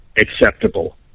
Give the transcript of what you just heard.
acceptable